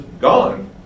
gone